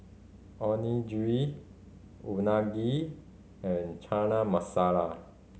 Onigiri Unagi and Chana Masala